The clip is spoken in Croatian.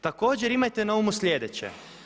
Također imajte na umu sljedeće.